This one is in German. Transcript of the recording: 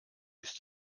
ist